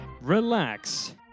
relax